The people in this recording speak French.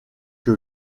que